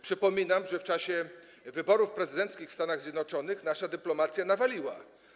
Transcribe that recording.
Przypominam, że w czasie wyborów prezydenckich w Stanach Zjednoczonych nasza dyplomacja nawaliła.